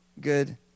good